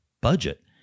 budget